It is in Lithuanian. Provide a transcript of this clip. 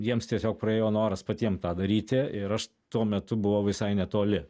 jiems tiesiog praėjo noras patiem tą daryti ir aš tuo metu buvau visai netoli